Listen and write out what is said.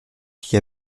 qui